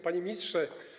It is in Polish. Panie Ministrze!